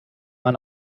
man